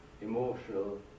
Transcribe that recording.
emotional